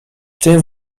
tym